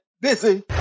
busy